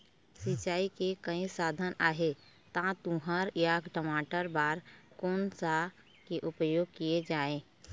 सिचाई के कई साधन आहे ता तुंहर या टमाटर बार कोन सा के उपयोग किए जाए?